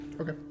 Okay